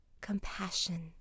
compassion